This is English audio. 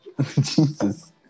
Jesus